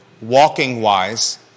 walking-wise